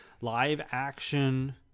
live-action